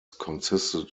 consisted